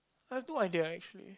I have no idea actually